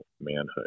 manhood